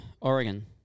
Oregon